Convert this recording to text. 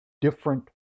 different